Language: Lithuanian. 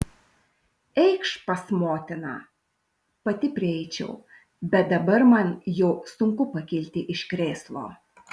eikš pas motiną pati prieičiau bet dabar man jau sunku pakilti iš krėslo